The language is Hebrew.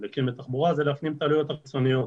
דלקים לתחבורה זה להפנים את עלויות החיצוניות,